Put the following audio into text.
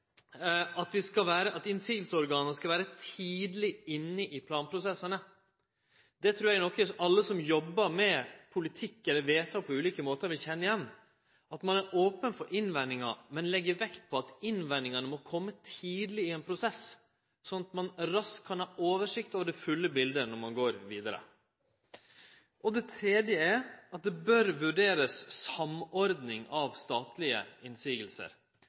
det andre skal motsegnsorgana vere tidleg inne i planprosessane. Det trur eg er noko som alle som jobbar med politikk eller vedtak på ulike måtar, vil kjenne igjen, at ein er open for innvendingar, men legg vekt på at innvendingane må kome tidleg i ein prosess, slik at ein raskt kan ha oversikt over det fulle biletet når ein går vidare. For det tredje bør det vurderast samordning av statlege